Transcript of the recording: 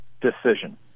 decision